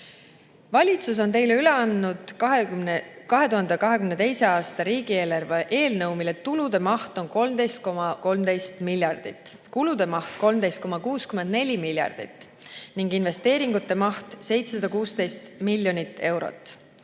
Valitsus on teile üle andnud 2022. aasta riigieelarve eelnõu, mille tulude maht on 13,13 miljardit, kulude maht 13,64 miljardit ning investeeringute maht 716 miljonit eurot.